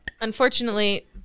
Unfortunately